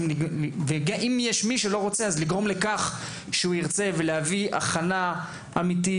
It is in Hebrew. ואם יש מישהו שלא רוצה - לגרום לכך שהוא ירצה ולהביא הכנה אמיתית.